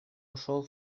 ушел